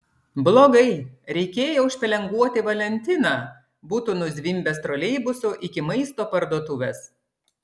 blogai reikėjo užpelenguoti valentiną būtų nuzvimbęs troleibusu iki maisto parduotuvės